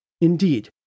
Indeed